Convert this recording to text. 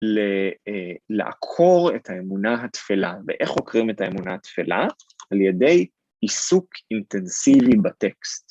לעקור את האמונה התפלה, ואיך עוקרים את האמונה התפלה? על ידי עיסוק אינטנסיבי בטקסט.